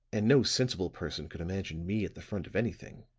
and no sensible person could imagine me at the front of anything,